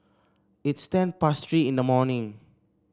its ten past Three in the morning